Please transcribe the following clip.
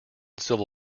civil